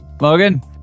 Logan